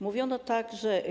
Mówiono także.